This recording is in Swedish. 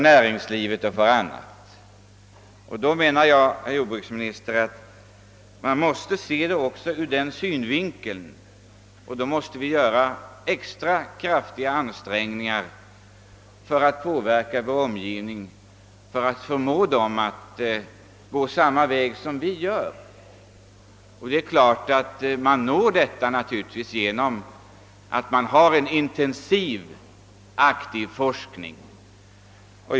Enligt min mening, herr jordbruksminister, måste vi se problemet också ur denna synvinkel och göra extra kraftiga ansträngningar för att förmå vår omgivning att gå samma väg som vi. Dit når vi naturligtvis genom att ha en intensiv, aktiv forskning.